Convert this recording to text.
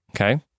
Okay